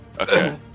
Okay